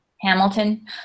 Hamilton